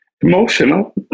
emotional